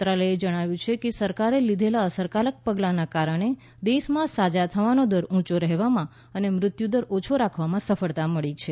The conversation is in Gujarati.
મંત્રાલયે જણાવ્યું કે સરકારે લીધેલા અસરકારક પગલાના કારણે દેશમાં સાજા થવાનો દર ઉંચો રહેવામાં અને મૃત્યુદર ઓછો રાખવામાં સફળતા મળી છે